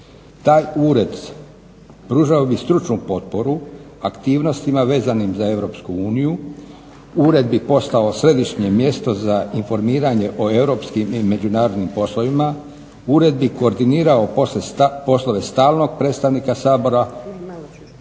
Taj ured pružao bi stručnu potporu aktivnostima vezanima za Europsku uniju, ured bi postao središnje mjesto za informiranje o europskim i međunarodnim poslovima. Ured bi koordinirao poslove stalnog predstavnika Sabora u Europskom